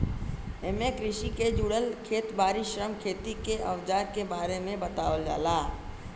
एमे कृषि के जुड़ल खेत बारी, श्रम, खेती के अवजार के बारे में बतावल जाला